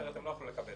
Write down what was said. אחרת הם לא יוכלו לקבל.